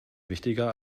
wichtiger